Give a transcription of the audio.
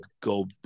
go